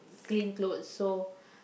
clean clothes so